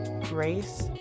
grace